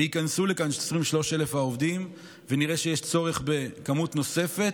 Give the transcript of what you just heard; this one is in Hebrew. וייכנסו לכאן 23,000 עובדים ונראה שיש צורך במספר נוס,,